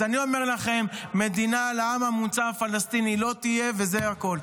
אז אני אומר לכם: מדינה לעם המומצא הפלסטיני לא תהיה וזה הכול.